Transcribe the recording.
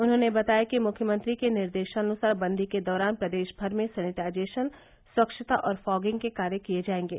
उन्होंने बताया कि मृख्यमंत्री के निर्देशानुसार बंदी के दौरान प्रदेश भर में सैनिटाइजेशन स्वच्छता और फॉगिंग के कार्य किये जायेंगे